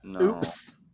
oops